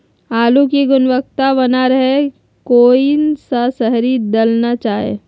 आलू की गुनबता बना रहे रहे कौन सा शहरी दलना चाये?